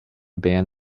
band